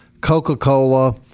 Coca-Cola